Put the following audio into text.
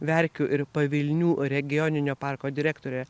verkių ir pavilnių regioninio parko direktore